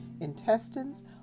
intestines